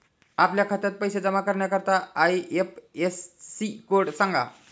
आपल्या खात्यात पैसे जमा करण्याकरता आय.एफ.एस.सी कोड सांगा